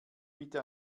bitte